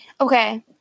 Okay